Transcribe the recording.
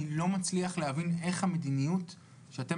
אני לא מצליח להבין איך המדיניות שאתם